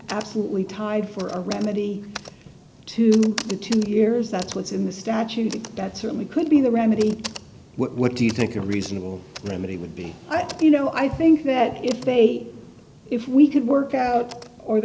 absolutely tied for a remedy two to two years that's what's in the statute that certainly could be the remedy what do you think a reasonable remedy would be i think you know i think that if they if we could work out or the